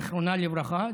זיכרונה לברכה.